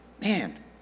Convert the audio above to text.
Man